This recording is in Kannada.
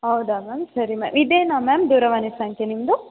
ಹೌದಾ ಮ್ಯಾಮ್ ಸರಿ ಮ್ಯಾಮ್ ಇದೇನಾ ಮ್ಯಾಮ್ ದೂರವಾಣಿ ಸಂಖ್ಯೆ ನಿಮ್ಮದು